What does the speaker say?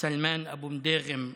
שהיא מונומנטלית.